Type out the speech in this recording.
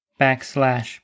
backslash